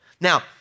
Now